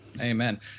Amen